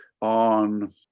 on